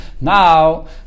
now